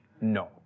No